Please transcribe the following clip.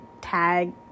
tag